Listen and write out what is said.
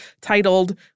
titled